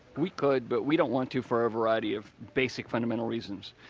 we could, but we don't want to for a variety of basic, fundamental reasons.